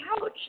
couch